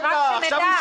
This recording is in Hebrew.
רק שנדע.